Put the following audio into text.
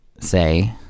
say